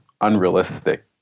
unrealistic